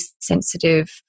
sensitive